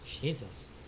Jesus